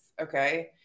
okay